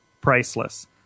priceless